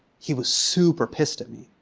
he was super pissed at me.